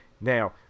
now